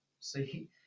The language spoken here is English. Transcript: See